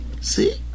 See